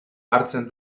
hartzen